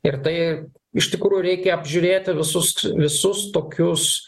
ir tai iš tikrųjų reikia apžiūrėti visus visus tokius